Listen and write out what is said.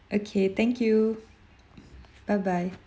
okay thank you bye bye